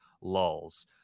lulls